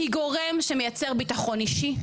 היא גורם שמייצר ביטחון אישי.